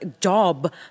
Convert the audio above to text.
job